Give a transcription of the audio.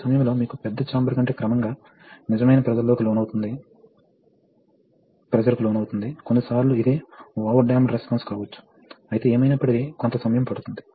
pump A కి బదులుగా pump B ని అన్లోడ్ చేయాలనుకుంటే మీరు సిస్టమ్ను ఎలా సవరిస్తారు